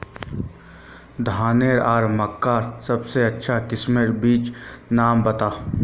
धानेर आर मकई सबसे अच्छा किस्मेर बिच्चिर नाम बता?